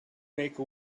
make